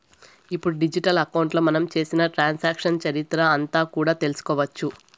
ఇప్పుడు డిజిటల్ అకౌంట్లో మనం చేసిన ట్రాన్సాక్షన్స్ చరిత్ర అంతా కూడా తెలుసుకోవచ్చు